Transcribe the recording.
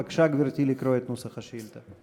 בבקשה, גברתי, לקרוא את נוסח השאילתה.